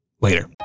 later